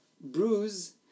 bruise